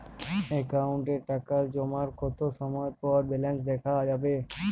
অ্যাকাউন্টে টাকা জমার কতো সময় পর ব্যালেন্স দেখা যাবে?